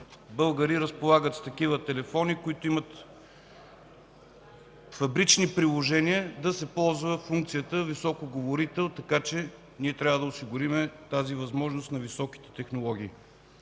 българи разполагат с такива телефони, които имат фабрични приложения да се ползва функцията високоговорител, така че трябва да осигурим тази възможност на високите технологии.